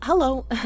Hello